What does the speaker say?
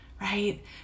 right